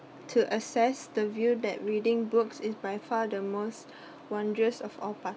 to assess the view that reading books is by far the most wondrous of all pa~